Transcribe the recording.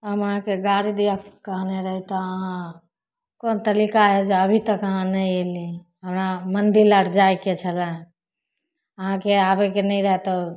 हम अहाँके गाड़ी दिया कहने रही तऽ अहाँ कोन तरीका हइ जे अभी तक अहाँ नहि अयली हमरा मन्दिर अर जाइके छलऽ अहाँके आबयके नहि रहए तऽ